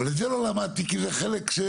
אבל את זה לא למדתי כי זה חלק שדולג